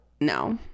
no